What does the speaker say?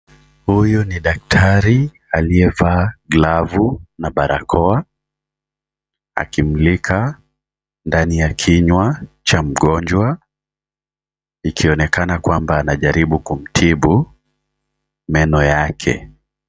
Huyu ni daktari aliyevaa glavu na barakoa akimulika ndani ya kinywa cha mgonjwa. Ikionekana kwamba anajaribu kumtibu meno yake.